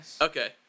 Okay